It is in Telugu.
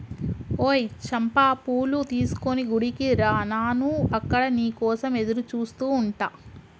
ఓయ్ చంపా పూలు తీసుకొని గుడికి రా నాను అక్కడ నీ కోసం ఎదురుచూస్తు ఉంటా